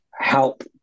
help